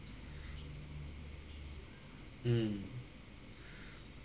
mm